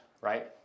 right